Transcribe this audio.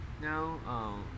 Now